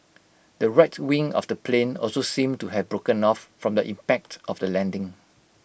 the right wing of the plane also seemed to have broken off from the impact of the landing